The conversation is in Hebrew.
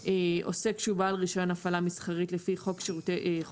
"עוסק שהוא בעל רישיון הפעלה מסחרית לפי חוק רישוי